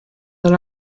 that